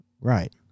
Right